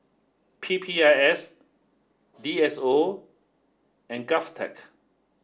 P P I S D S O and GOVTECH